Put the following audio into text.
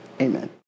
amen